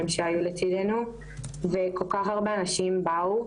שהיו לצידנו וכל כך הרבה אנשים באו,